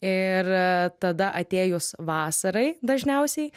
ir tada atėjus vasarai dažniausiai